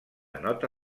nota